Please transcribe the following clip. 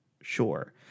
sure